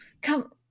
come